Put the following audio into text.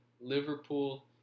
Liverpool